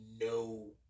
no